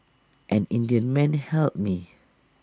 an Indian man helped me